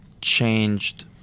changed